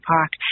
Park